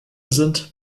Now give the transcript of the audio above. sind